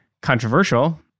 controversial